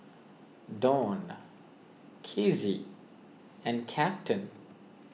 Donn Kizzy and Captain